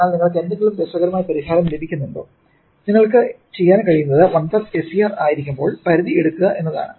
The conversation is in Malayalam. എന്നാൽ നിങ്ങൾക്ക് എന്തെങ്കിലും രസകരമായ പരിഹാരം ലഭിക്കുന്നുണ്ടോ നിങ്ങൾക്ക് ചെയ്യാൻ കഴിയുന്നത് 1 SCR ആയിരിക്കുമ്പോൾ പരിധി എടുക്കുക എന്നതാണ്